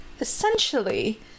essentially